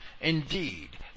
Indeed